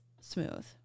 smooth